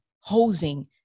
hosing